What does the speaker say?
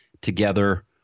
together